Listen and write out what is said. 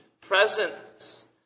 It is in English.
presence